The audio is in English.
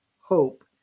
hope